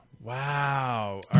wow